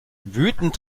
wütend